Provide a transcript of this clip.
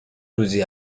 روزی